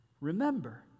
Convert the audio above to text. Remember